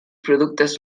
productes